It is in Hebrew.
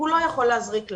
הוא לא יכול להזריק לעצמו.